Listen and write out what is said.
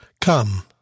Come